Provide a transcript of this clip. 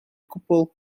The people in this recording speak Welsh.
cwbl